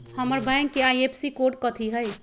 हमर बैंक के IFSC code कथि हई?